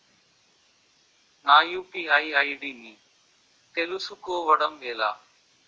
నా UPI ID ని తెలుసుకోవడం ఎలా?